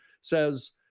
says